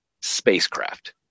spacecraft